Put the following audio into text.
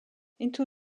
into